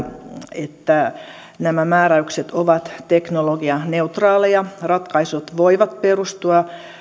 että nämä määräykset ovat teknologianeutraaleja ratkaisut voivat perustua